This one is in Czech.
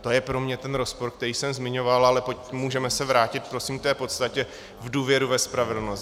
To je pro mě ten rozpor, který jsem zmiňoval, ale můžeme se vrátit prosím k té podstatě, k důvěře ve spravedlnost.